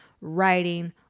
writing